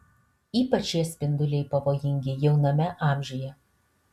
ypač šie spinduliai pavojingi jauname amžiuje